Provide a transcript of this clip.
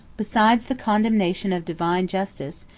besides the condemnation of divine justice,